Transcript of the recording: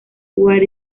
what